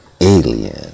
alien